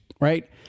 Right